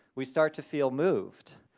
we start to feel moved,